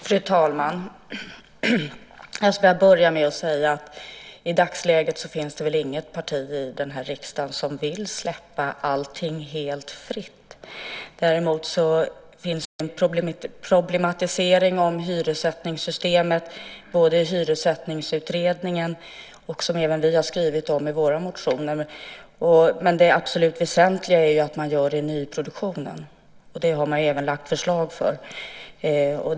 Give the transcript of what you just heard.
Fru talman! Jag ska börja med att säga att det i dagsläget väl inte finns något parti i riksdagen som vill släppa allting helt fritt. Däremot finns det en problematisering av hyressättningssystemet. Hyressättningsutredningen har tagit upp det, och vi har skrivit om det i våra motioner. Det mest väsentliga är att man gör en nyproduktion. Det har man även lagt fram förslag om.